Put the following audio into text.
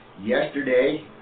Yesterday